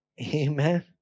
Amen